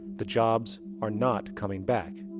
the jobs are not coming back.